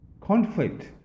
Conflict